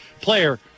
player